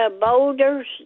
boulders